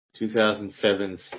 2007's